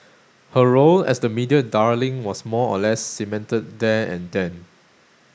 her role as the media darling was more or less cemented there and then